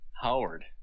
Howard